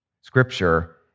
Scripture